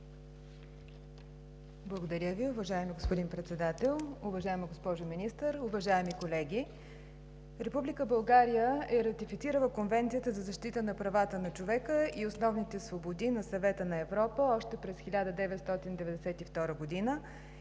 Благодаря Ви. Уважаеми господин Председател, уважаема госпожо Министър, уважаеми колеги! Република България е ратифицирала Конвенцията за защита на правата на човека и основните свободи на Съвета на Европа още през 1992 г. и